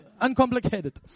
uncomplicated